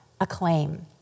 acclaim